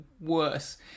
worse